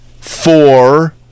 four